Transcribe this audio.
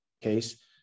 case